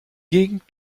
gegend